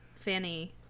Fanny